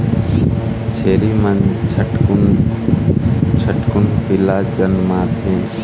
छेरी मन झटकुन झटकुन पीला जनमाथे